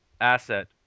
asset